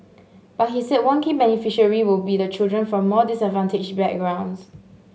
but he said one key beneficiary we will be the children from more disadvantaged backgrounds